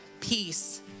peace